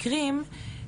מדובר גם,